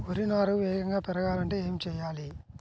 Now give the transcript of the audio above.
వరి నారు వేగంగా పెరగాలంటే ఏమి చెయ్యాలి?